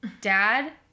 Dad